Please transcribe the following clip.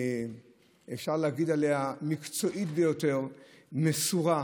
אפשר להגיד עליה שהיא מקצועית ביותר, מסורה,